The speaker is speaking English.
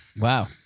Wow